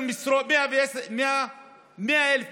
100,000 משרות?